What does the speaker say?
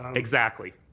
and exactly.